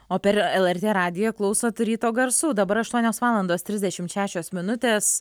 o per lrt radiją klausot ryto garsų dabar aštuonios valandos trisdešimt šešios minutės